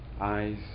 Eyes